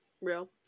real